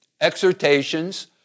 exhortations